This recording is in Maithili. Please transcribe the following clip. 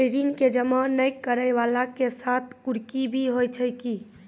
ऋण के जमा नै करैय वाला के साथ कुर्की भी होय छै कि?